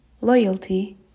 loyalty